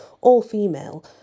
all-female